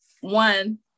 one